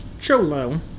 Cholo